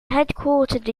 headquartered